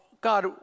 God